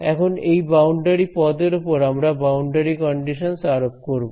এখন এই বাউন্ডারি পদের ওপর আমরা বাউন্ডারি কন্ডিশনস আরোপ করবো